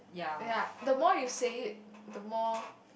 ya the more you say it the more